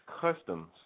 Customs